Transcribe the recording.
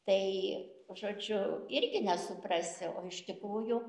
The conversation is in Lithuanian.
tai žodžiu irgi nesuprasi o iš tikrųjų